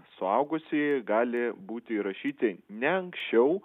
suaugusieji gali būti įrašyti ne anksčiau